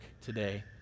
today